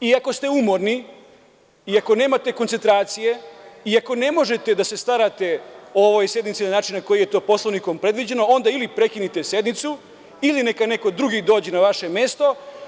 I ako ste umorni, i ako nemate koncentracije, i ako ne možete da se starate o ovoj sednici na način na koji je to Poslovnikom predviđeno, onda ili prekinite sednicu ili neka neko drugi dođe na vaše mesto.